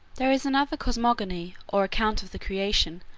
there is another cosmogony, or account of the creation,